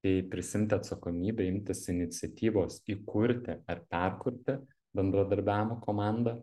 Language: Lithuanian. tai prisiimti atsakomybę imtis iniciatyvos įkurti ar perkurti bendradarbiavimo komandą